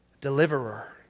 deliverer